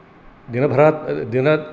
दिनभरात् दिन